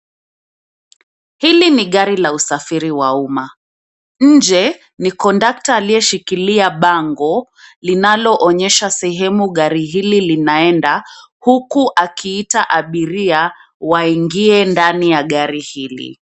Hili ni gari la usafiri wa umma. Nje ni kondakta aliyeshikilia bango linaloonyesha sehemu gari hili linaenda, huku akiita abiria waingie ndani ya gari hili.